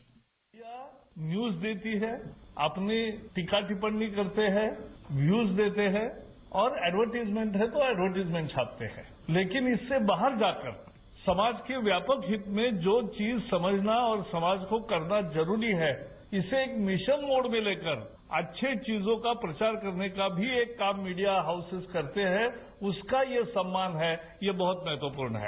bite media news देती है अपनी टीका टिप्पणी करते हैं न्यूज देते हैं और एडरवरटिजमेंट है तो एडरवरटिजमेंट छापते हैं लेकिन इससे बाहर जाकर समाज के व्यापक हित में जो चीज समझना और समाज को करना जरूरी है इसे एक मिशन मोड में लेकर अच्छी चीजों का प्रचार करने का भी एक काम मीडिया हाऊसिस करते हैं उसका ये सम्मान है ये बहुत महत्वपूर्ण है